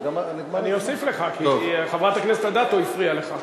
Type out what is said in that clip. אוסיף לך, כי חברת הכנסת אדטו הפריעה לך.